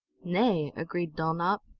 nay, agreed dulnop.